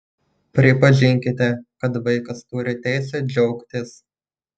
pripažinkite kad vaikas turi teisę džiaugtis